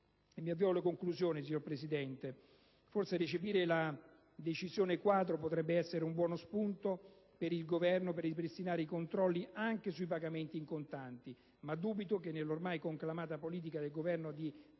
legati alla titolarità dei pagamenti? Forse recepire la decisione quadro potrebbe essere un buono spunto per il Governo per ripristinare i controlli anche sui pagamenti in contanti, ma dubito che nell'ormai conclamata politica del Governo di